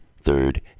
third